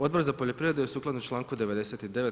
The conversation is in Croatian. Odbor za poljoprivredu je sukladno članku 99.